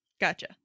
Gotcha